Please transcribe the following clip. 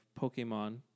Pokemon